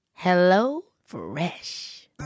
HelloFresh